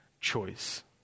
choice